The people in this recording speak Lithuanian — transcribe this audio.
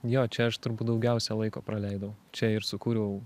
jo čia aš turbūt daugiausia laiko praleidau čia ir sūkuriau